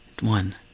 one